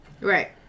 Right